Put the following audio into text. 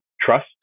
trust